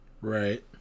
Right